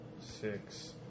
six